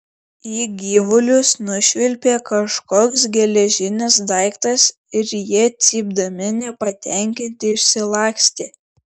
į gyvulius nušvilpė kažkoks geležinis daiktas ir jie cypdami nepatenkinti išsilakstė